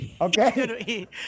Okay